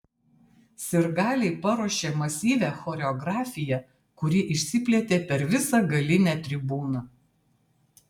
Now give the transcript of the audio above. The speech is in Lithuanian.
sirgaliai paruošė masyvią choreografiją kuri išsiplėtė per visą galinę tribūną